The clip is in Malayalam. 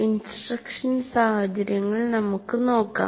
ഇൻസ്ട്രക്ഷൻ സാഹചര്യങ്ങൾ നമുക്ക് നോക്കാം